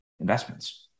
investments